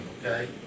okay